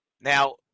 Now